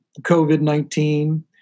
COVID-19